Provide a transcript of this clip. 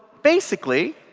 basically,